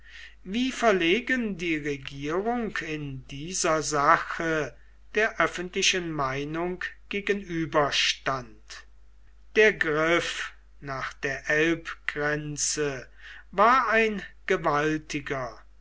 wie verlegen die regierung in dieser sache der öffentlichen meinung gegenüber stand der griff nach der elbgrenze war ein gewaltiger